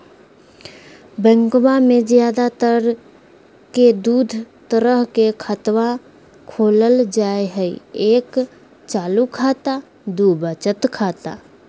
बैंकवा मे ज्यादा तर के दूध तरह के खातवा खोलल जाय हई एक चालू खाता दू वचत खाता